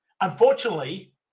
unfortunately